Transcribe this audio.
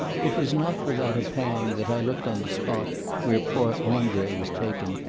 it was not without a pang that i looked on the spot where poor andre was taken,